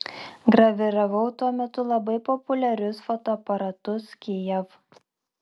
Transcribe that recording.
graviravau tuo metu labai populiarius fotoaparatus kijev